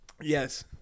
Yes